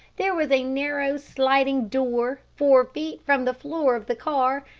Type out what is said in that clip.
there was a narrow, sliding door, four feet from the floor of the car,